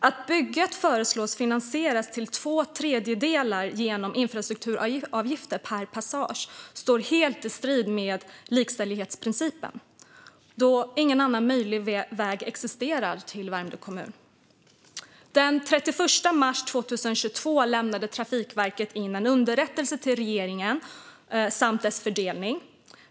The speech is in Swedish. Att bygget till två tredjedelar föreslås finansieras genom infrastrukturavgifter per passage står helt i strid med likställighetsprincipen eftersom det inte finns någon annan möjlig väg till Värmdö kommun. Den 31 mars 2022 lämnade Trafikverket in en underrättelse till regeringen om avgiften och dess fördelning.